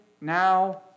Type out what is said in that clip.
now